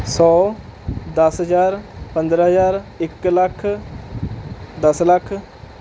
ਸੌ ਦਸ ਹਜ਼ਾਰ ਪੰਦਰਾਂ ਹਜ਼ਾਰ ਇੱਕ ਲੱਖ ਦਸ ਲੱਖ